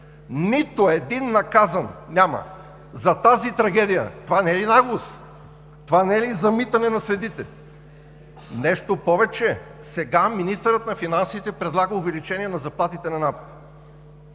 Нито един наказан няма за тази трагедия! Това не е ли наглост?! Това не е ли замитане на следите?! Нещо повече, сега министърът на финансите предлага увеличение на заплатите в НАП